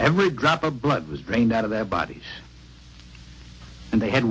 every drop of blood was drained out of their body and they had